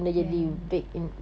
kan